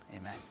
Amen